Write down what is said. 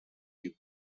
you